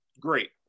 Great